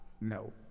No